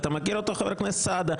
אתה מכיר אותו, חבר הכנסת סעדה?